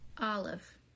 olive